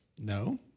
No